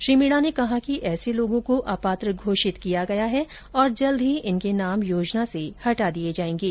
श्री मीणा र्न कहा कि ऐसे लोगों को अपात्र घोषित किया गया है और जल्द ही इनके नाम योजना से हटाए जाएंगे